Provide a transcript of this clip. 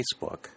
Facebook